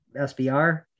SBR